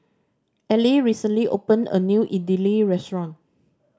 Allie recently opened a new Idili restaurant